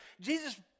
Jesus